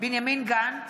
בנימין גנץ,